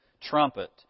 trumpet